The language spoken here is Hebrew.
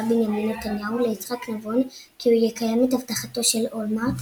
בנימין נתניהו ליצחק נבון כי הוא יקיים את הבטחתו של אולמרט,